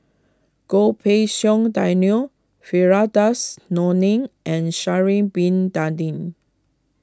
Goh Pei Siong Daniel Firdaus Nordin and Sha'ari Bin Tadin